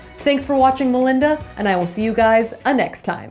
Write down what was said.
thanks for watching, melinda, and i will see you guys a next time